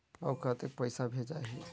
अउ कतेक पइसा भेजाही?